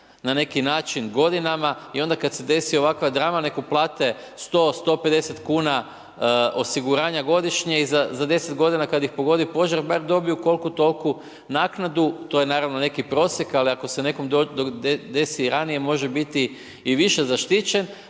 na neki način godinama i onda kad se desi ovakva drama nek uplate 100, 150 kuna osiguranja godišnje i za 10 godina kad ih pogodi požar bar dobiju koliku, toliku naknadu. To je naravno neki prosjek, ali ako se nekom desi i ranije može biti i više zaštićen,